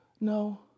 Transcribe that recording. no